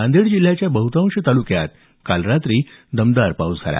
नांदेड जिल्ह्यातल्या बहुतांश तालुक्यात काल रात्री दमदार पाऊस झाला